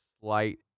slight